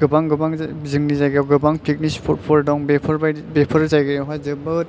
गोबां गोबां जोंनि जायगायाव गोबां पिकनिक स्पदफोर दं बेफोरबायदि बेफोर जायगायावहाय जोबोद